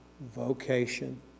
Vocation